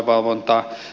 aluevalvontaa